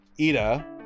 Ida